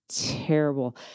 terrible